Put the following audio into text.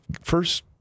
first